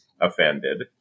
offended